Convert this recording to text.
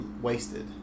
wasted